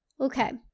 Okay